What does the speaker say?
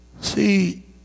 See